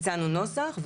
הצענו נוסח.